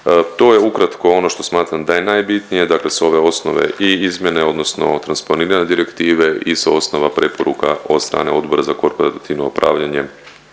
To je ukratko ono što smatram da je najbitnije, dakle s ove osnove i izmjene, odnosno transponirane direktive i sa osnova preporuka od strane Odbora za korporativno upravljanje